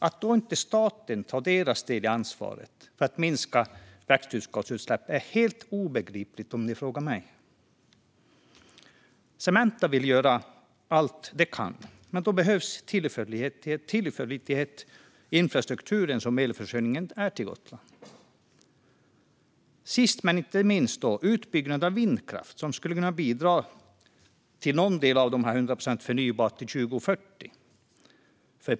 Att staten då inte tar sin del av ansvaret för att minska växthusgasutsläpp är helt obegripligt om ni frågar mig. Cementa vill göra allt de kan, men då behövs en tillförlitlig infrastruktur för elförsörjningen till Gotland. Sist men inte minst gäller det utbyggnaden av vindkraft, som skulle kunna bidra till 100 procent förnybart till 2040.